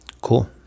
cool